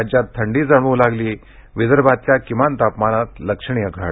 राज्यात थंडी जाणवू लागली विदर्भातल्या किमान तापमानात लक्षणीय घट